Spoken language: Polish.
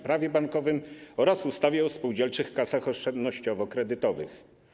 Prawie bankowym oraz ustawie o spółdzielczych kasach oszczędnościowo-kredytowych.